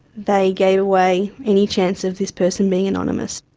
they gave away any chance of this person being anonymous.